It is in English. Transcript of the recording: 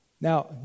Now